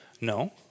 No